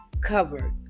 Covered